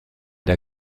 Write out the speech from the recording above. der